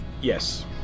Yes